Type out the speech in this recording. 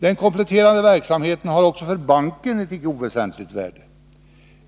Den kompletterande verksamheten har också för banken haft ett icke oväsentligt värde.